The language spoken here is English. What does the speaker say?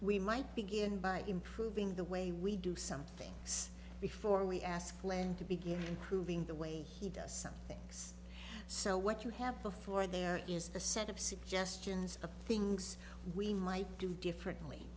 we might begin by improving the way we do some things before we ask glenn to begin proving the way he does some things so what you have before there is a set of suggestions of things we might do differently